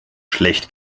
schlecht